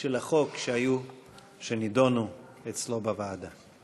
של החוק שנדונו אצלו בוועדה.